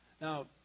Now